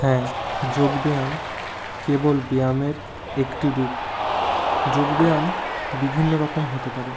হ্যাঁ যোগব্যায়াম কেবল ব্যায়ামের একটি রূপ যোগব্যায়াম বিভিন্ন রকম হতে পারে